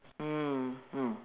mm mm